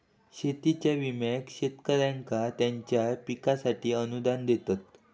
शेतीच्या विम्याक शेतकऱ्यांका त्यांच्या पिकांसाठी अनुदान देतत